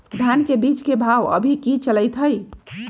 धान के बीज के भाव अभी की चलतई हई?